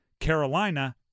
Carolina